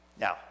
Now